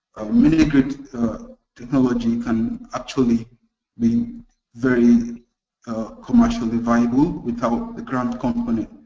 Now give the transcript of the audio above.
mini-grid technology can actually be very commercially viable without a grant component.